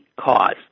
cause